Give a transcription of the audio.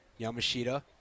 Yamashita